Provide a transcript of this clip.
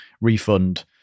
refund